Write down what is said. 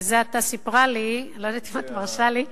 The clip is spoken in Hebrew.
זה עתה סיפרה לי, אני לא יודעת אם את מרשה לי,